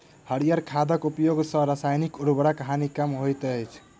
हरीयर खादक उपयोग सॅ रासायनिक उर्वरकक हानि कम होइत अछि